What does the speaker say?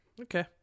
okay